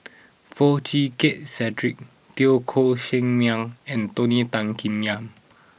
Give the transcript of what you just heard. Foo Chee Keng Cedric Teo Koh Sock Miang and Tony Tan Keng Yam